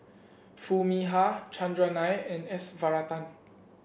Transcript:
Foo Mee Har Chandran Nair and S Varathan